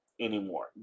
Anymore